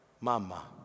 Mama